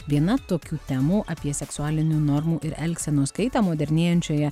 viena tokių temų apie seksualinių normų ir elgsenos kaitą modernėjančioje